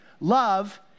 Love